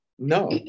No